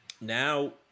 now